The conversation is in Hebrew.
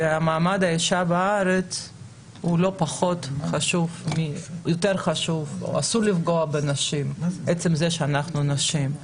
שמעמד האישה בארץ הוא לא פחות חשוב ואסור לפגוע בנשים מעצם זה שהן נשים.